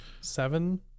Seven